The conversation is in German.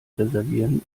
reservieren